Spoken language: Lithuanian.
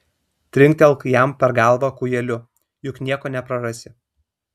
trinktelk jam per galvą kūjeliu juk nieko neprarasi